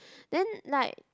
then like